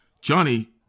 Johnny